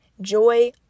joy